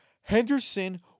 Henderson